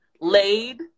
Laid